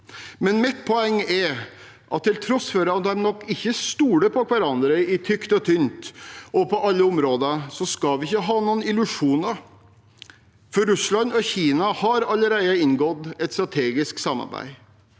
men mitt poeng er at til tross for at de nok ikke stoler på hverandre i tykt og tynt og på alle områder, skal vi ikke ha noen illusjoner. Russland og Kina har allerede inngått et strategisk samarbeid.